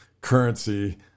currency